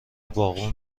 باغبون